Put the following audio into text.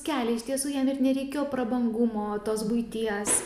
kelią iš tiesų jam ir nereikėjo prabangumo tos buities